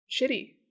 shitty